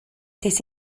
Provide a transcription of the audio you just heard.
des